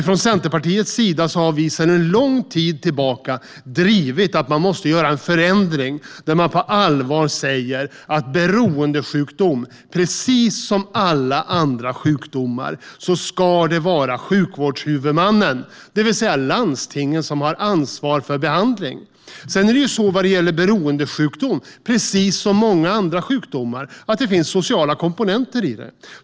Från Centerpartiets sida har vi sedan en lång tid tillbaka drivit att man måste göra en förändring och på allvar säga att vid beroendesjukdom, precis som när det gäller alla andra sjukdomar, ska det vara sjukvårdshuvudmannen, det vill säga landstingen, som har ansvar för behandling. Sedan är det så när det gäller beroendesjukdom, precis som många andra sjukdomar, att det finns sociala komponenter.